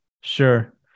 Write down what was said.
Sure